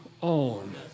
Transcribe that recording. on